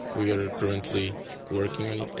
we are currently working on it. and